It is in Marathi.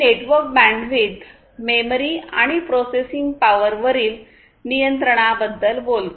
हे नेटवर्क बँडविड्थ मेमरी आणि प्रोसेसिंग पावरवरील नियंत्रणाबद्दल बोलते